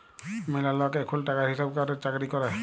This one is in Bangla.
ম্যালা লক এখুল টাকার হিসাব ক্যরের চাকরি ক্যরে